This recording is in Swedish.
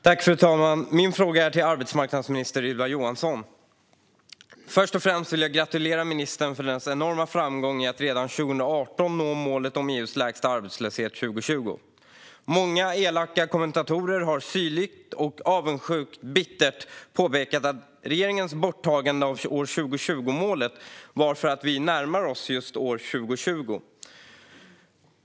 Fru talman! Min fråga går till arbetsmarknadsminister Ylva Johansson. Först och främst vill jag gratulera ministern till hennes enorma framgång: att redan 2018 nå målet om EU:s lägsta arbetslöshet 2020. Många elaka kommentatorer har syrligt, avundsjukt och bittert påpekat att regeringens borttagande av 2020-målet berodde på att vi närmar oss just år 2020.